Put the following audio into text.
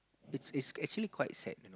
it's it's actually quite sad